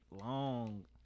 long